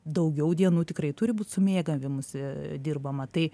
daugiau dienų tikrai turi būt su mėgavimusi dirbama tai